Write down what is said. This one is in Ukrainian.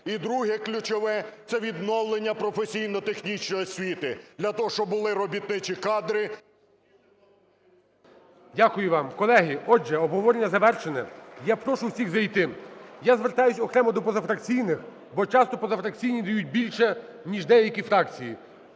І друге, ключове, це відновлення професійно-технічної освіти, для того, щоб були робітничі кадри… ГОЛОВУЮЧИЙ. Дякую вам. Колеги, отже, обговорення завершено. Я прошу всіх зайти. Я звертаюсь окремо до позафракційних, бо часто позафракційні дають більше ніж деякі фракції.